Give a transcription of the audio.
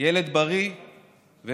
ילד בריא ומחייך.